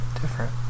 different